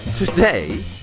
Today